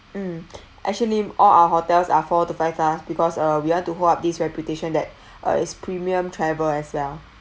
mm actually all our hotels are four to five stars because uh we want to hold up this reputation that uh is premium travel as well